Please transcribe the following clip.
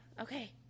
Okay